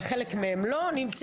אבל חלק מהם לא,